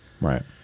Right